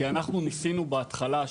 כי אנחנו ניסינו בהתחלה,